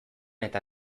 eta